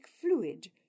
fluid